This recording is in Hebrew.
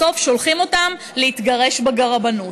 בסוף שולחים אותם להתגרש ברבנות.